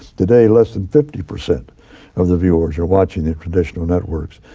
today, less than fifty percent of the viewers are watching the traditional networks.